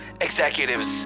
executives